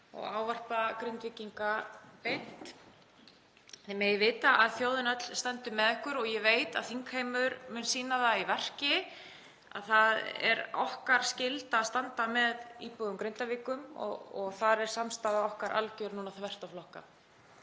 og ávarpa Grindvíkinga beint. Þið megið vita að þjóðin öll stendur með ykkur og ég veit að þingheimur mun sýna það í verki að það er okkar skylda að standa með íbúum Grindavíkur. Þar er samstaða okkar alger núna, þvert á flokka.